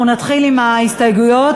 אנחנו נתחיל עם ההסתייגויות.